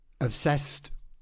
obsessed